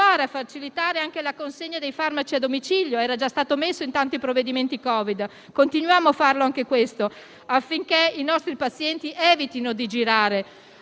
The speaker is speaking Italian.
a facilitare anche la consegna dei farmaci a domicilio. Era già stato previsto in tanti provvedimenti sul Covid, continuiamo a farlo affinché i nostri pazienti evitino di girare;